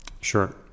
Sure